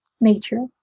nature